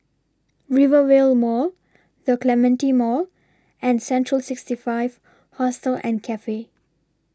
Rivervale Mall The Clementi Mall and Central sixty five Hostel and Cafe